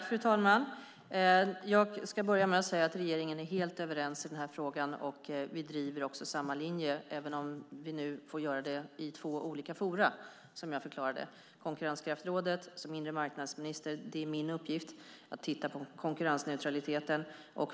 Fru talman! Jag ska börja med att säga att regeringen är helt överens i denna fråga. Vi driver också samma linje, även om vi nu får göra det i två olika forum, som jag förklarade. I konkurrenskraftsrådet är det min uppgift som inremarknadsminister att titta på konkurrensneutraliteten.